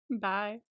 bye